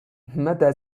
متى